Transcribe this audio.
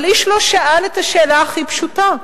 אבל איש לא שאל את השאלה הכי פשוטה: